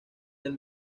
del